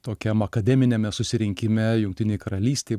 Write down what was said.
tokiam akademiniame susirinkime jungtinėj karalystėj